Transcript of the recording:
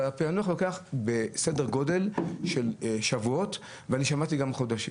אבל הפענוח לוקח סדר גודל של שבועות ואני שמעתי גם על חודשים.